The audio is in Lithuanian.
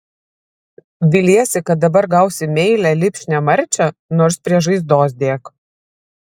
viliesi kad dabar gausi meilią lipšnią marčią nors prie žaizdos dėk